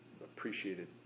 appreciated